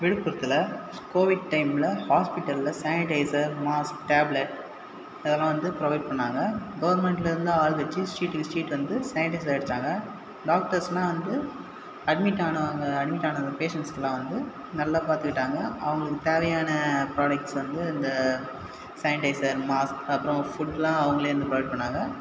விழுப்புரத்தில் கோவிட் டைமில் ஹாஸ்பிட்டலில் சேனிடைசர் மாஸ்க் டேப்லட் இதெல்லாம் வந்து ப்ரொவைட் பண்ணுணாங்க கவர்மென்ட்லேருந்து ஆள் வச்சு ஸ்ட்ரீட்க்கு ஸ்ட்ரீட் வந்து சேனிடைசர் அடிச்சாங்க டாக்டர்ஸ்லாம் வந்து அட்மிட் ஆனவங்கள் அட்மிட்டான பேஷன்ட்ஸ்க்கெலாம் வந்து நல்லா பார்த்துக்கிட்டாங்க அவர்களுக்கு தேவையான ப்ராடக்ஸ் வந்து இந்த சேனிடைசர் மாஸ்க் அப்புறம் ஃபுட்லாம் அவங்களே வந்து ப்ரொவைட் பண்ணுணாங்க